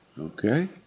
Okay